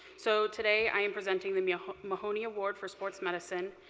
so today i am presenting the mahoney award for sports medicine.